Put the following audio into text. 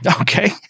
Okay